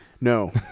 no